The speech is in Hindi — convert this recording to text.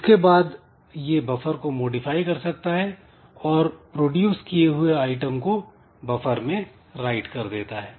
इसके बाद यह बफर को मॉडिफाई कर सकता है और प्रोड्यूस किए हुए आइटम को बफर में राइट कर देता है